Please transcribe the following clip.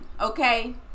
okay